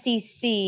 SEC